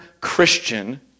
Christian